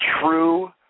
true